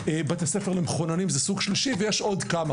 בתי ספר למחוננים זה סוג שלישי ויש עוד כמה,